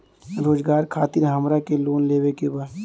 रोजगार खातीर हमरा के लोन लेवे के बा?